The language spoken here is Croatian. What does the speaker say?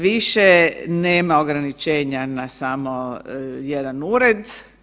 Više nema ograničenja na samo jedan ured.